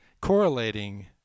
correlating